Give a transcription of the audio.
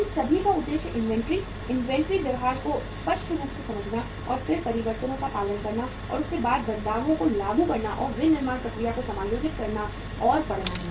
इन सभी का उद्देश्य इन्वेंट्री इन्वेंट्री व्यवहार को स्पष्ट रूप से समझना और फिर परिवर्तनों का पालन करना और उसके बाद बदलावों को लागू करना और विनिर्माण प्रक्रिया को समायोजित करना और पढ़ना है